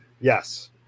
Yes